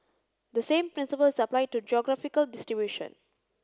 the same principle is applied to geographical distribution